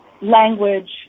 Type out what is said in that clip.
language